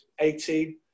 18